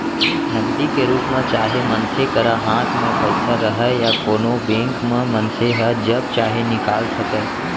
नगदी के रूप म चाहे मनसे करा हाथ म पइसा रहय या कोनों बेंक म मनसे ह जब चाहे निकाल सकय